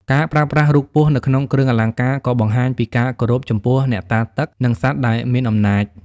ការប្រើប្រាស់រូបពស់នៅក្នុងគ្រឿងអលង្ការក៏បង្ហាញពីការគោរពចំពោះអ្នកតាទឹកនិងសត្វដែលមានអំណាច។